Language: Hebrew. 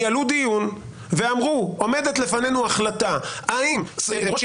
ניהלו דיון ואמרו שעומדת לפנינו החלטה האם ראש עיר